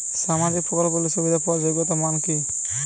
সামাজিক প্রকল্পগুলি সুবিধা পাওয়ার যোগ্যতা মান কি?